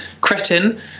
Cretin